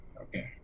okay